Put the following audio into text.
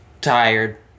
tired